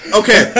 okay